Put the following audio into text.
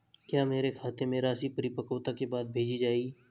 क्या मेरे खाते में राशि परिपक्वता के बाद भेजी जाएगी?